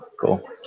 Cool